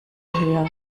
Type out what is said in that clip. höher